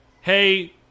hey